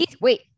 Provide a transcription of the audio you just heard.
wait